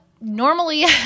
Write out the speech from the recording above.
normally